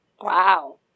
Wow